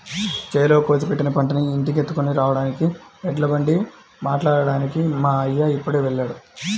చేలో కోసి పెట్టిన పంటని ఇంటికెత్తుకొని రాడానికి ఎడ్లబండి మాట్లాడ్డానికి మా అయ్య ఇప్పుడే వెళ్ళాడు